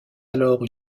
alors